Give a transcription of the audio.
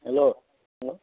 hello